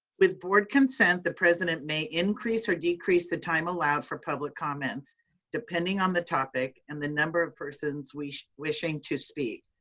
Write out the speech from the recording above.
with board consent, the president may increase or decrease the time allowed for public comments depending on the topic and the number of persons wishing wishing to speak.